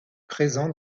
présent